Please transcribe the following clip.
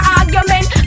argument